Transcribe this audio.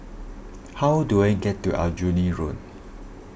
how do I get to Aljunied Road